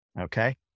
Okay